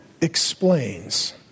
explains